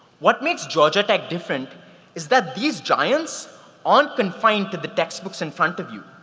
what makes georgia tech different is that these giants aren't confined to the textbooks in front of you.